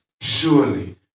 Surely